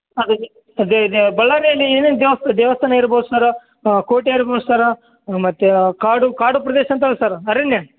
ಅದು ಅದೇ ಅದೇ ಬಳ್ಳಾರಿಲಿ ಏನೇನು ದೇವ್ಸ ದೇವಸ್ಥಾನ ಇರ್ಬೋದು ಸರ್ ಕೋಟೆ ಇರ್ಬೋದು ಮತ್ತೆ ಕಾಡು ಕಾಡು ಪ್ರದೇಶ ಅಂತೇಳಿ ಸರ್ ಅರಣ್ಯ